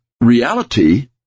reality